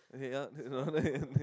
eh yeah no